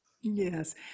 Yes